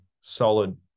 solid